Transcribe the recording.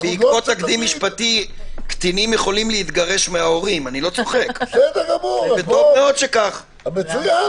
למשטר משפטנים שיהרוס משפחות - אפשר פשוט